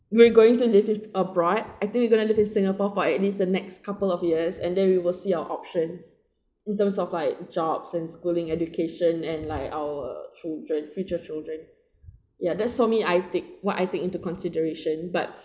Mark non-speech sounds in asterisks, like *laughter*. we're going to live abroad I think we gonna live in singapore for at least the next couple of years and then we will see our options in terms of like jobs and schooling education and like our children future children *breath* ya that's for me I take what I take into consideration but